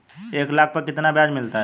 एक लाख पर कितना ब्याज मिलता है?